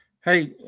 Hey